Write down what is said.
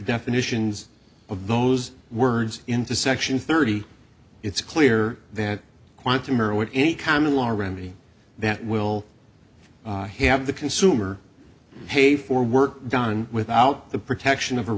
definitions of those words into section thirty it's clear that quantum or any common law remedy that will have the consumer pay for work done without the protection of